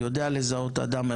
אני יודע לזהות אדם ערכי,